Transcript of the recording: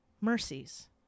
mercies